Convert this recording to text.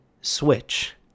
switch